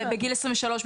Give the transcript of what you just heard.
בגיל 23,